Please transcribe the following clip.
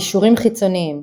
קישורים חיצוניים